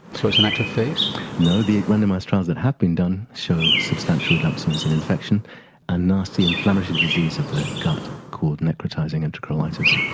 so it's an act of faith? no, the randomised trials that have been done show substantial reductions in infection and nasty inflammatory disease of the gut called necrotising enterocolitis.